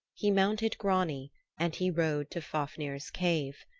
he mounted grani and he rode to fafnir's cave.